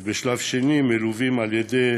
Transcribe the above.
ובשלב שני מלווים על-ידי